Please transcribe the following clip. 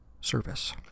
service